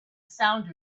sound